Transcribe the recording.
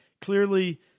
Clearly